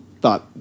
thought